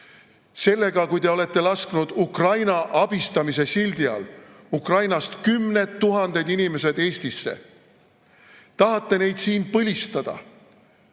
Sellega, kui te olete lasknud Ukraina abistamise sildi all Ukrainast kümned tuhanded inimesed Eestisse, tahate neid siin põlistada,